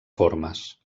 formes